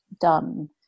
done